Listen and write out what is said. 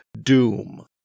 Doom